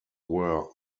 were